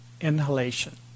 inhalation